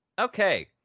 Okay